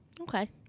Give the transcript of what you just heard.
Okay